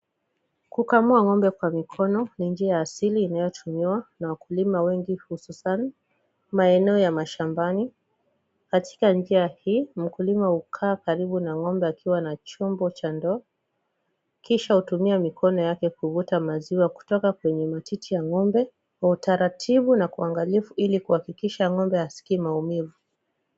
Kukamua ng'ombe kwa mikono ni njia ya asili inayotumiwa na wakulima wengi hususan maeneo ya mashambani. Katika njia hii mkulima hukaa karibu na ng'ombe akiwa na chombo cha ndoo kisha hutumia mikono yake kuvuta maziwa kutoka kwenye matiti ya ng'ombe kwa utaratibu na kwa uangalifu ili kuhakikisha ng'ombe haskii maumivu.